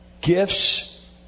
gifts